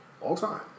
All-time